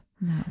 No